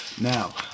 Now